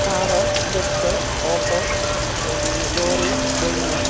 car bus auto lorry train